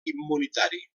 immunitari